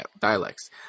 dialects